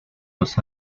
los